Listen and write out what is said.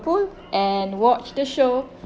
and watch the show